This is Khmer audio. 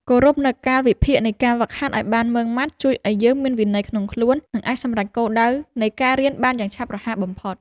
គោរពនូវកាលវិភាគនៃការហ្វឹកហាត់ឱ្យបានម៉ឺងម៉ាត់ជួយឱ្យយើងមានវិន័យក្នុងខ្លួន និងអាចសម្រេចគោលដៅនៃការរៀនបានយ៉ាងឆាប់រហ័សបំផុត។